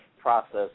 process